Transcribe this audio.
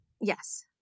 Yes